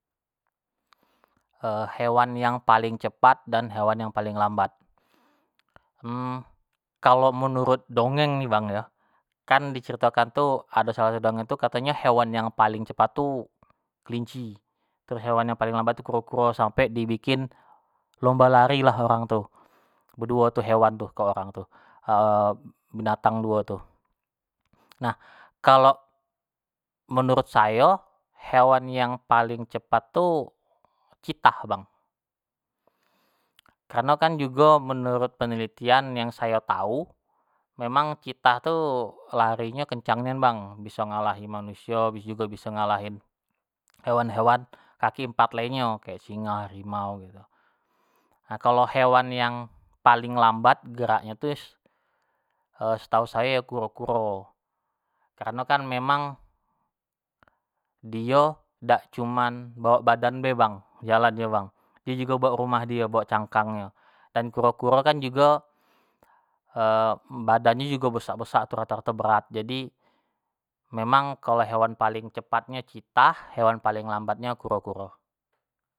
hewan yang paling cepat dan hewan yang paling lambat, kalo menurut dongeng ini yo bang yo kan diceritokan tu, ado salah satu dongeng tu katonyo hewan yang paling cepat tu kelinci, terus hewan yang paling lambat tu kuro-kuro sampek dibikin lomba lari lah orang tu, beduo tu hewan tuh orang tuh binatang duo tu. Nah, kalo menurut sayo hewan yang paling cepat tuh citah bang, kareno kan jugo menurut penelitian yang sayo tau memang citah tu lari nyo kencang nian bang, biso ngalahin manusio, biso jugo ngalahin hewan-hewan kaki empat lainnyo, kayak singa, harimau kek gitu. nah kalau hewan yang paling lambat geraknyo tu, iyo setau sayo yo kuro-kuro, karenokan memang dio dak cuman bawak badannyo be bang, jalannyo bang, dio jugo bawak rumah dio, bawak cangkang nyo, dan kuro-kuro kan jugo badannyo jugo besak- besak tu rato rato berat, jadi memang kalau hewan paling cepatny citah hewan paling lambatnyo kuro-kuro